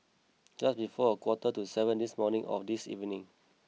just before a quarter to seven this morning or this evening